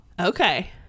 okay